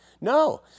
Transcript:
No